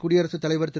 குடியரசுத் தலைவர் திரு